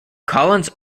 collins